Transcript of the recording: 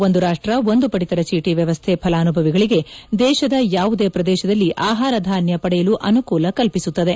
ಒಂದು ರಾಷ್ಟ್ರ ಒಂದು ಪದಿತರ ಚೀಟಿ ವ್ಯವಸ್ದೆ ಫಲಾನುಭವಿಗಳಿಗೆ ದೇಶದ ಯಾವುದೇ ಪ್ರದೇಶದಲ್ಲಿ ಆಹಾರಧಾನ್ಯ ಪಡೆಯಲು ಅನುಕೂಲ ಕಲ್ಪಿಸುತ್ತದೆ